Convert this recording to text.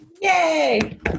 Yay